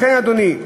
לכן, אדוני,